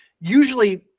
usually